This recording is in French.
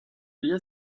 lien